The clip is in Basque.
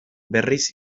berriz